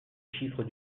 chiffre